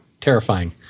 terrifying